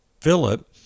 Philip